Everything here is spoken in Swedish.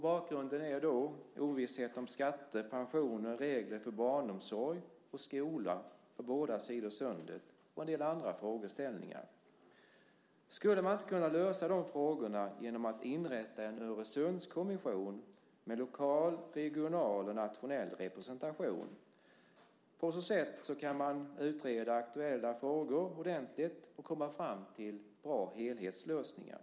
Bakgrunden är ovisshet om skatter, pensioner, regler för barnomsorg och skola på båda sidor sundet och en del andra frågeställningar. Skulle man inte kunna lösa de frågorna genom att inrätta en Öresundskommission med lokal, regional och nationell representation? På så sätt kan man utreda aktuella frågor ordentligt och komma fram till bra helhetslösningar.